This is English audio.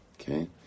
okay